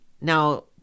now